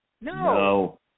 No